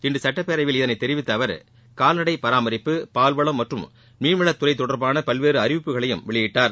இன்று சட்டப்பேரவையில் இதனை தெரிவித்த அவர் கால்நடை பாராமரிப்பு பால்வளம் மற்றும் மீன்வளத் துறை தொடர்பான பல்வேறு அறிவிப்புகளையும் வெளியிட்டார்